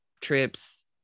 trips